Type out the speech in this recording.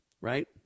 right